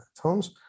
tones